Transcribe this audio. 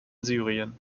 syrien